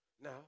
Now